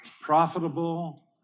Profitable